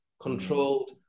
controlled